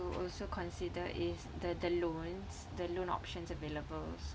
to also consider is the the loans the loan options available